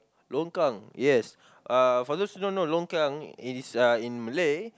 longkang yes uh for those who don't know longkang is uh in Malay